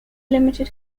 limited